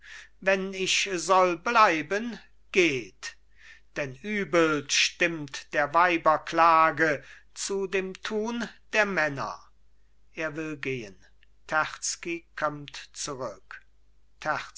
wenn ich soll bleiben geht denn übel stimmt der weiber klage zu dem tun der männer er will gehn terzky kömmt zurück